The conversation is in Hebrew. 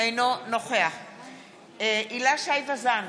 אינו נוכח הילה שי וזאן,